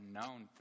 known